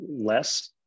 less